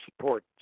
support